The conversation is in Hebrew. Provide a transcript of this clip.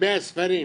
לגבי הספרים,